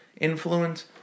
influence